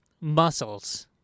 muscles